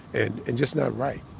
and and just not right.